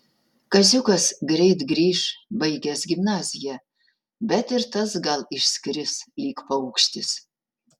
kaziukas greit grįš baigęs gimnaziją bet ir tas gal išskris lyg paukštis